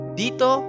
dito